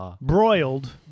Broiled